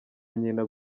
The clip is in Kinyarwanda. nyina